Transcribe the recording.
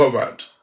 covered